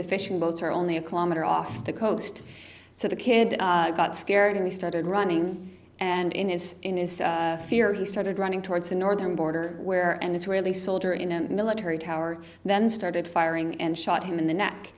the fishing boats are only a kilometer off the coast so the kid got scared and he started running and in his in his fear he started running towards the northern border where an israeli soldier in a military tower then started firing and shot him in the neck